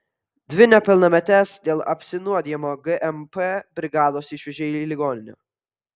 dvi nepilnametes dėl apsinuodijimo gmp brigados išvežė į ligoninę